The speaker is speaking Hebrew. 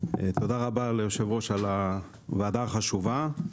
תודה רבה ליושב ראש על הוועדה החשובה.